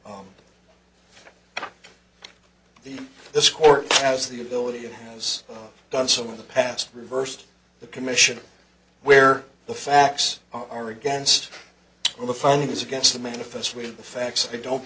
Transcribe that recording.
the this court has the ability has done some of the past reversed the commission where the facts are against the fungus against the manifest with the facts i don't